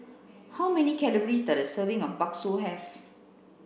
how many calories does a serving of Bakso have